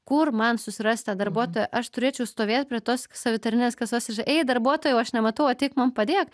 kur man susirast tą darbuotoją aš turėčiau stovėt prie tos savitarninės kasos ir ei darbuotojau o aš nematau ateik man padėk